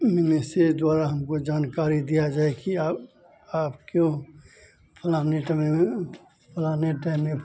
इनमें से द्वारा हमको जानकारी दिया जाए कि आप आपको फ़लाने समय में फ़लाने टाइम में